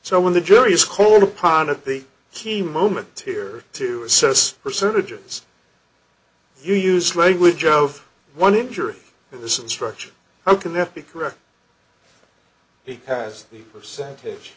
so when the jury is called upon at the key moment here to assess percentages you use language of one injury in this instruction how can it be correct he has the percentage